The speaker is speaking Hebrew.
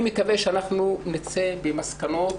אני מקווה שאנחנו נצא במסקנות